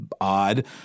odd